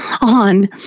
on